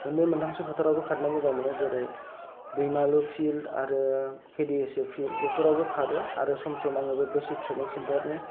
मोननै मोनथामसो फोथारावबो खारनो मोजां मोनो जेरै दैमालु फिल आरो के दि एस ए फिल बेफोरावबो खारो आरो सम सम आङो बे बेसिक थ्रेनिं सेन्थारनि